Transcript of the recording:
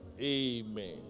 Amen